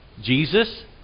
Jesus